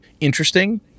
interesting